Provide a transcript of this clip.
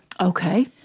Okay